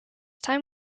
time